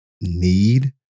need